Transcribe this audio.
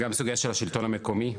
גם סוגיה של השלטון המקומי,